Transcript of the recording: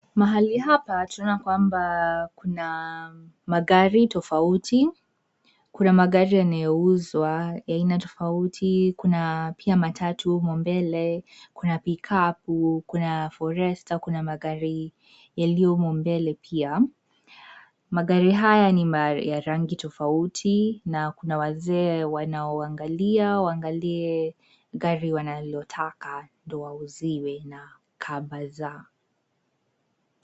Mahali hapa tunaona kwamba kuna magari tofauti. Kuna magari yanayouzwa ya aina tofauti. Kuna pia matatu humo mbele, kuna pikapu , kuna forester , kuna magari yaliyo humo mbele pia. Magari haya ni ya rangi tofauti na kuna wazee wanaoangalia, waangalie gari wanalotaka ndio wauziwe na car bazaar .